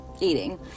eating